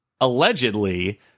allegedly